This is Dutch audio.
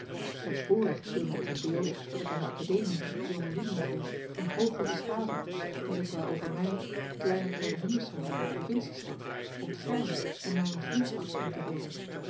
het voorrecht viel mij ten deel dat ik aan de akademie jonge lieden vond van hooge beschaving die zich wel over mij kleinen kruidenierszoon uit een provinciestad ontfermen en mij hun vriendschap schenken wilden